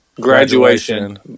graduation